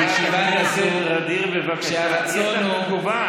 אדוני סגן השר, האם אתה יודע, חברת